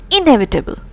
inevitable